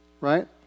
Right